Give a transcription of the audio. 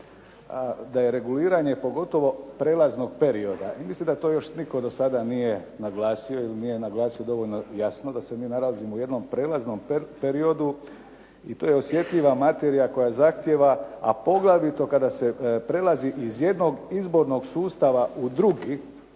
da je reguliranje pogotovo prijelaznog perioda, ja mislim da to još nitko do sada nije naglasio ili nije naglasio dovoljno. Jasno da se mi nalazimo u jednom prijelaznom periodu i to je osjetljiva materija koja zahtijeva, a poglavito kada se prelazi iz jednog izbornog sustava u drugi.